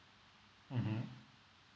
mmhmm